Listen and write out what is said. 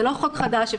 זה לא חוק חדש.